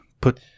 Put